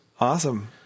Awesome